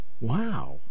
Wow